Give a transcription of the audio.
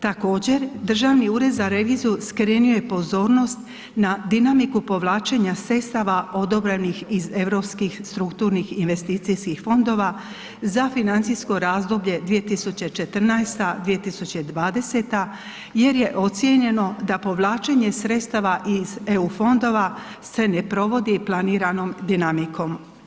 Također državni ured za reviziju skrenio je pozornost na dinamiku povlačenja sredstava odobrenih iz Europskih strukturnih i investicijskih fondova za financijsko razdoblje 2014.-2020. jer je ocijenjeno da povlačenje sredstava iz EU fondova se ne provodi planiranom dinamikom.